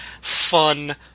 fun